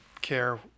care